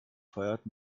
feiert